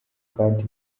kandi